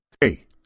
Hey